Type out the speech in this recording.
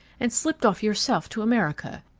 and slipped off yourself to america.